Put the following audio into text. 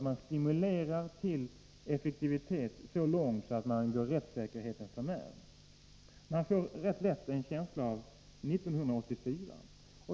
Man stimulerar till effektivitet — så långt att man går rättssäkerheten för när. Detta ger lätt en känsla av 1984.